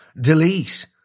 Delete